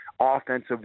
offensive